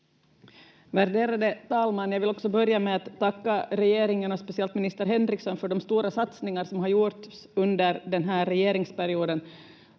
Värderade talman! Jag vill också börja med att tacka regeringen, och speciellt minister Henriksson för de stora satsningar som gjorts under den här regeringsperioden.